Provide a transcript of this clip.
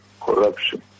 corruption